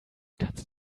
kannst